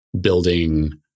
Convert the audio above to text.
building